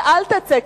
ואל תצא,